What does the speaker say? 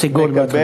סֶגול בהתחלה.